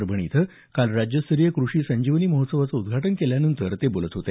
परभणी इथं काल राज्यस्तरीय कृषी संजीनवी महोत्सवाचं उद्घाटन केल्यानंतर ते बोलत होते